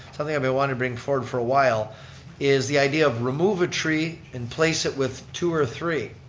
something i've been wanting to bring forward for a while is the idea of remove a tree and replace it with two or three.